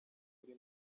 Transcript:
kuri